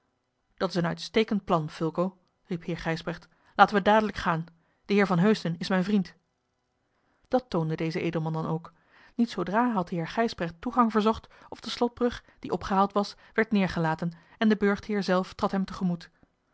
dat is een uitstekend plan fulco riep heer gijsbrecht laten we dadelijk gaan de heer van heusden is mijn vriend dat toonde deze edelman dan ook niet zoodra had heer gijsbrecht toegang verzocht of de slotbrug die opgehaald was werd neêrgelaten en de burchtheer zelf trad hem